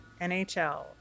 NHL